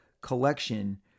collection